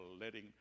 letting